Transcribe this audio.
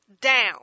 down